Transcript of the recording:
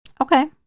Okay